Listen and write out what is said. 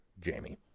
Jamie